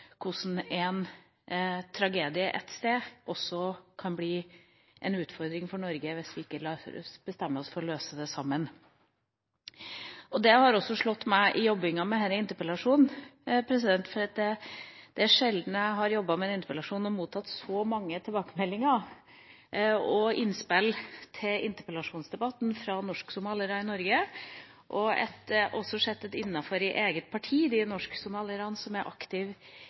hvordan en tragedie ett sted også kan bli en utfordring for Norge hvis vi ikke bestemmer oss for å løse det sammen. Det har også slått meg mens jeg har jobbet med denne interpellasjonen, for det er sjelden jeg har jobbet med en interpellasjon og har mottatt så mange tilbakemeldinger og innspill til interpellasjonsdebatten som det jeg nå har fått fra norsk-somaliere i Norge. Jeg har også sett det innenfor eget parti; de norsk-somalierne som